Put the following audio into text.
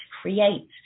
create